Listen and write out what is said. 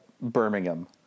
Birmingham